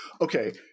Okay